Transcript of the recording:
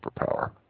superpower